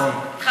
נכון.